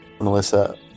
Melissa